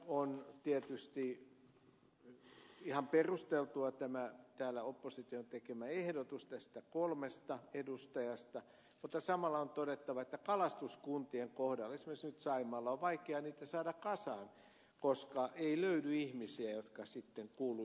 on tietysti ihan perusteltu tämä opposition tekemä ehdotus kolmesta edustajasta mutta samalla on todettava että kalastuskuntien kohdalla esimerkiksi nyt saimaalla on edustajia vaikea saada kasaan koska ei löydy ihmisiä jotka sitten kuuluu